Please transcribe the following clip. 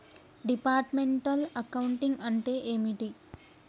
Departmental accounting అంటే ఏమిటి?